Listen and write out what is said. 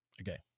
okay